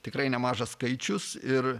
tikrai nemažas skaičius ir